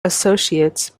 associates